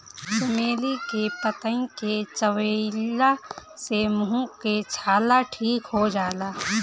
चमेली के पतइ के चबइला से मुंह के छाला ठीक हो जाला